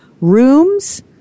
Rooms